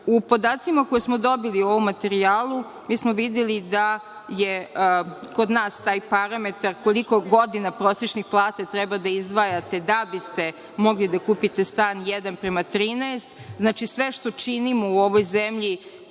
podacima koje smo dobili u ovom materijalu, mi smo videli da je kod nas taj parametar koliko godina prosečnih plata treba da izdvajate da biste mogli da kupite stan 1 prema 13, znači sve što činimo u ovoj zemlji